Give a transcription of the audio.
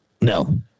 No